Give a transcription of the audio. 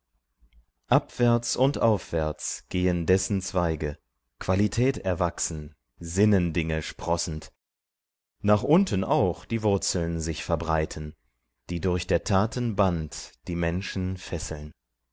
abwärts und aufwärts gehen dessen zweige qualitäterwachsen sinnendinge sprossend nach unten auch die wurzeln sich verbreiten die durch der taten band die menschen fesseln